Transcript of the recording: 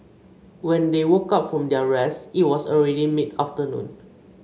when they woke up from their rest it was already mid afternoon